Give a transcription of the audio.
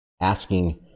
asking